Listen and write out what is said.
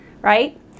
right